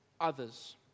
others